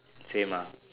same ah